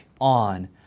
On